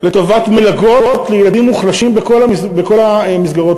לטובת מלגות לילדים מוחלשים בכל המסגרות,